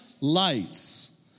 lights